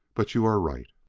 but you are right,